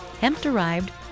hemp-derived